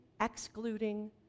excluding